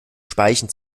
speichen